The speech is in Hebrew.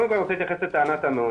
קודם כל אני רוצה להתייחס לטענת המעונות.